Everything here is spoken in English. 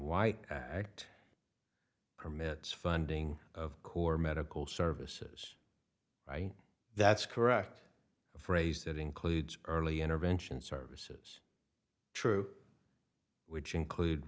white act permits funding of core medical services that's correct a phrase that includes early intervention services true which include